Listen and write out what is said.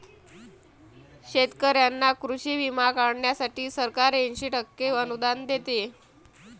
शेतकऱ्यांना कृषी विमा काढण्यासाठी सरकार ऐंशी टक्के अनुदान देते